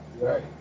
right